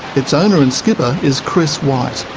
its owner and skipper is chris white.